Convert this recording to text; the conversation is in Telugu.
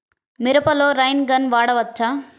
మిరపలో రైన్ గన్ వాడవచ్చా?